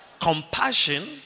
Compassion